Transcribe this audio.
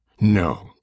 No